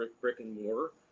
brick-and-mortar